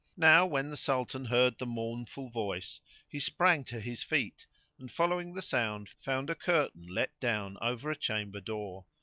now when the sultan heard the mournful voice he sprang to his feet and, following the sound, found a curtain let down over a chamber door.